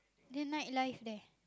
the night life there